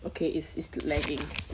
okay it's it's lagging